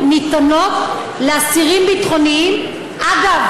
לא נתנו לכם מתנה, הטלנו עליכם אחריות אדירה.